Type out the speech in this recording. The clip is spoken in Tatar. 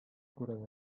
күрәләр